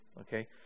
okay